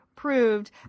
Proved